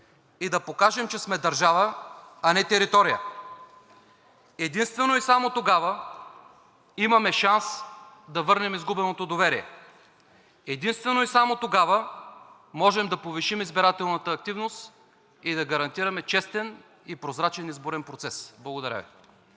и да покажем, че сме държава, а не територия и единствено тогава имаме шанс да върнем изгубеното доверие. Единствено и само тогава можем да повишим избирателната активност и да гарантираме честен и прозрачен изборен процес. Благодаря Ви.